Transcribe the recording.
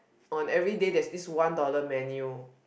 on everyday there is this one dollar menu